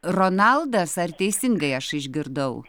ronaldas ar teisingai aš išgirdau